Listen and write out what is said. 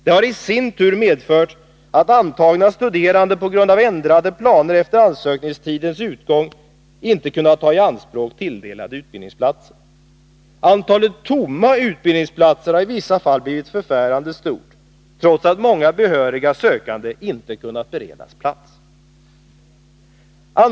Det hari sin tur medfört att antagna studerande på grund av ändrade planer efter ansökningstidens utgång inte kunnat ta i anspråk tilldelade utbildningsplatser. Antalet tomma utbildningsplatser har i vissa fall blivit förfärande stort, trots att många behöriga sökande inte kunnat beredas plats. Herr talman!